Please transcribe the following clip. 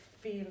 feel